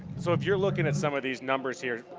so if you're look and at some of these numbers here,